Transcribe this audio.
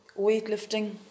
weightlifting